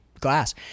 Glass